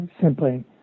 simply